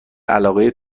علاقه